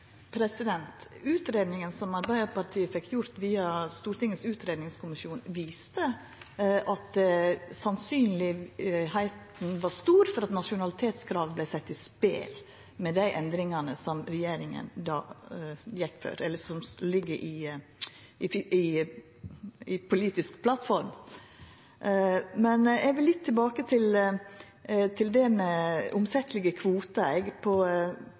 som Arbeidarpartiet fekk gjort via Stortingets utgreiingsseksjon, viste at det var stort sannsyn for at nasjonalitetskravet vart sett i spel med dei endringane som regjeringa gjekk for, eller med det som ligg i den politiske plattforma. Men eg vil litt tilbake til dette med